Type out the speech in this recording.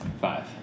five